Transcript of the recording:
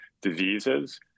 diseases